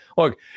Look